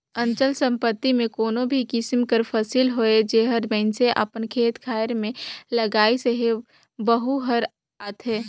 अचल संपत्ति में कोनो भी किसिम कर फसिल होए जेहर मइनसे अपन खेत खाएर में लगाइस अहे वहूँ हर आथे